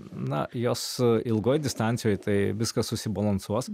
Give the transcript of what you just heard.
na jos ilgoj distancijoj tai viskas susibalansuos